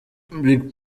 big